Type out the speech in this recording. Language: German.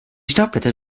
staubblätter